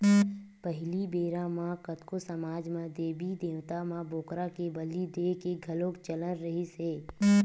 पहिली बेरा म कतको समाज म देबी देवता म बोकरा के बली देय के घलोक चलन रिहिस हे